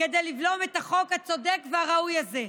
כדי לבלום את החוק הצודק והראוי הזה,